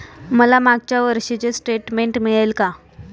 मला मागच्या वर्षीचे स्टेटमेंट मिळेल का?